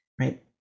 right